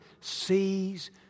sees